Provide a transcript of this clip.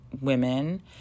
women